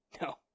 No